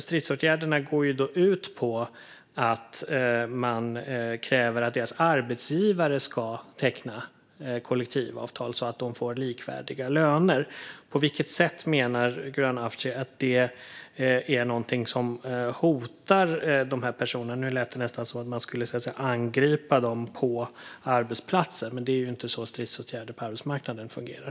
Stridsåtgärderna går ut på att man kräver att deras arbetsgivare ska teckna kollektivavtal så att de får likvärdiga löner. På vilket sätt menar Gulan Avci att det hotar dessa personer? Nu lät det nästan som att man skulle angripa dem på arbetsplatsen, men det är inte så stridsåtgärder på arbetsmarknaden fungerar.